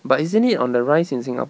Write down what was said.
but isn't it on the rise in singapore